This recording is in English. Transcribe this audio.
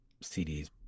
CDs